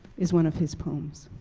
is one of his poems.